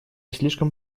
слишком